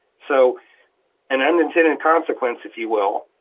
so an unintended consequence, if you will,